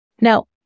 Now